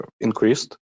increased